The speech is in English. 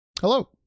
Hello